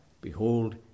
Behold